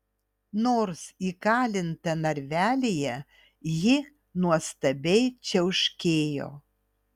nors įkalinta narvelyje ji nuostabiai čiauškėjo